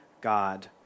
God